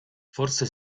forse